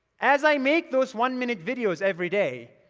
as i make those one-minute videos every day,